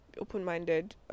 Open-minded